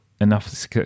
enough